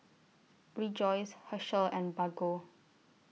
Rejoice Herschel and Bargo